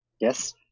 Yes